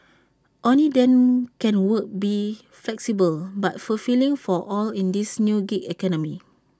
only then can work be flexible but fulfilling for all in this new gig economy